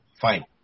Fine